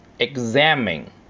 Examine